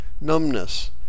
Numbness